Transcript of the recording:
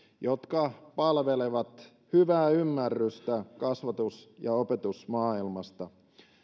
jotka palvelevat hyvää ymmärrystä kasvatus ja opetusmaailmasta